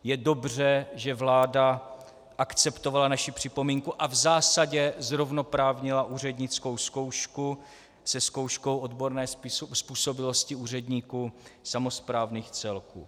Je dobře, že vláda akceptovala naši připomínku a v zásadě zrovnoprávnila úřednickou zkoušku se zkouškou odborné způsobilosti úředníků samosprávných celků.